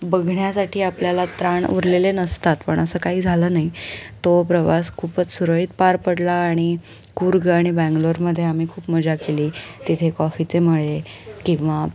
बघण्यासाठी आपल्याला त्राण उरलेले नसतात पण असं काही झालं नाही तो प्रवास खूपच सुरळीत पार पडला आणि कूर्ग आणि बंगलोरमध्ये आम्ही खूप मजा केली तिथे कॉफीचे मळे किंवा